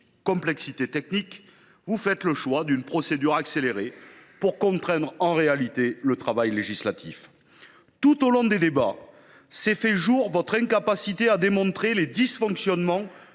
réalité des faits –, vous avez fait le choix d’une procédure accélérée pour contraindre le travail législatif. Tout au long des débats s’est fait jour votre incapacité à démontrer les dysfonctionnements